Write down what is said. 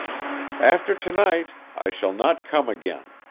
after to-night i shall not come again.